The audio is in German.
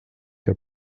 der